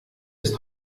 ist